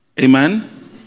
Amen